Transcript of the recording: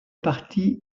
partie